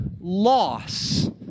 loss